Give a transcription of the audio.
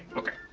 okay.